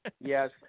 Yes